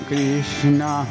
Krishna